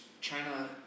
China